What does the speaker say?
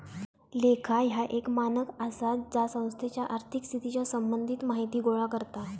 लेखा ह्या एक मानक आसा जा संस्थेच्या आर्थिक स्थितीच्या संबंधित माहिती गोळा करता